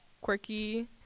quirky